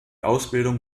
ausbildung